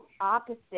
opposite